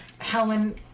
Helen